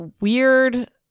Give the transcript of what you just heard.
weird